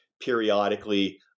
periodically